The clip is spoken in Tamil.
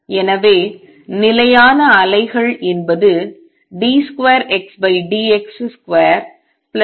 எனவே நிலையான அலைகள் என்பது d2Xdx2k2X0 ஆகும்